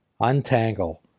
Untangle